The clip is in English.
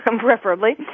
preferably